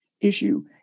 issue